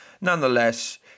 nonetheless